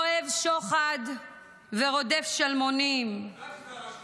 כֻּלו אֹהב שֹׁחד ורֹדף שלמֹנים" -- את יודעת שזה על השופטים.